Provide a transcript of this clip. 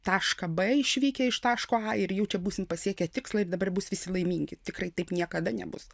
tašką b išvykę iš taško a ir jau čia būsim pasiekę tikslą ir dabar bus visi laimingi tikrai taip niekada nebus